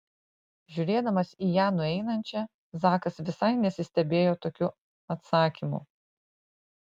žiūrėdamas į ją nueinančią zakas visai nesistebėjo tokiu atsakymu